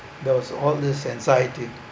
those all these anxiety